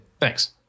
thanks